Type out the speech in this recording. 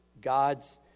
God's